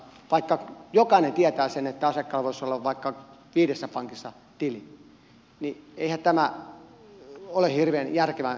vaikka jokainen tietää sen että asiakkaalla voisi olla vaikka viidessä pankissa tili niin eihän tämä ole hirveän järkevän kuuloista